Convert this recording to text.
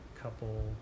couple